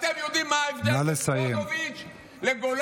אתם יודעים מה ההבדל בין פוניבז' לגולני?